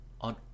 on